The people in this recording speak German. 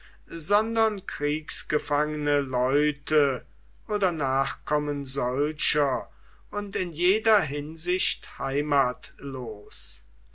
sondern kriegsgefangene leute oder nachkommen solcher und in jeder hinsicht heimatlos